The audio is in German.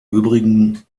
übrigen